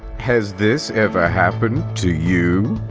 has this ever happened to you?